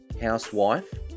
housewife